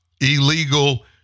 illegal